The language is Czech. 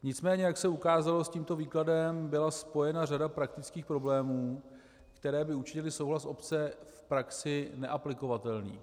Nicméně jak se ukázalo, s tímto výkladem byla spojena řada praktických problémů, které by učinily souhlas obce v praxi neaplikovatelným.